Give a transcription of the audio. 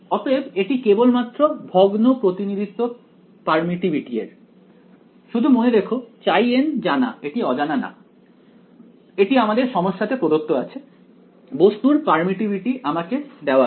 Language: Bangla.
অতএব এটি কেবল মাত্র ভগ্ন প্রতিনিধিত্ব পারমিটটিভিটি এর শুধু মনে রাখো χn জানা এটি অজানা না এটি আমাদের সমস্যাতে প্রদত্ত আছে বস্তুর পারমিটটিভিটি আমাকে দেওয়া আছে